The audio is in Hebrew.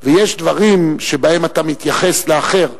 ויש דברים שבהם אתה מתייחס לאחר.